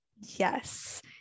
Yes